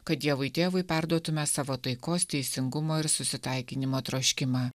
kad dievui tėvui perduotume savo taikos teisingumo ir susitaikinimo troškimą